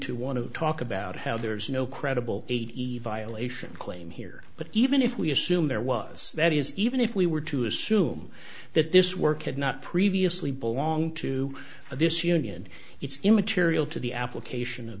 to want to talk about how there's no credible aid evacuation claim here but even if we assume there was that is even if we were to assume that this work had not previously belong to this union it's immaterial to the application of